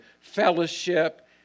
fellowship